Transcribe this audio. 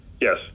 Yes